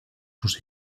sus